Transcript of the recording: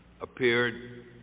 appeared